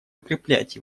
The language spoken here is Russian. укреплять